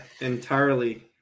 entirely